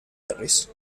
harris